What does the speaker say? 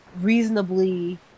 reasonably